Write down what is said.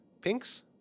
Pinks